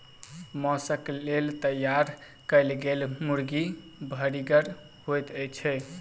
मौसक लेल तैयार कयल गेल मुर्गी भरिगर होइत छै